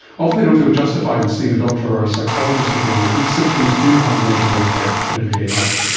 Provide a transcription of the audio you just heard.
often they don't feel justified in and seeing a doctor or a psychologist again, but these symptoms do have a measurable effect on everyday life.